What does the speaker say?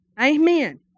Amen